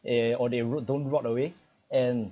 a or they rot don't rot away and